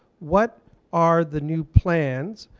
what are the new plans,